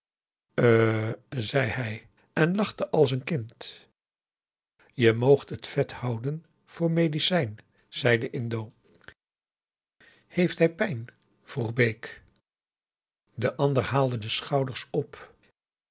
zei hij en lachte als een kind je moogt het vet houden voor medicijn zei de indo heeft hij pijn vroeg bake augusta de wit orpheus in de dessa de ander haalde de schouders op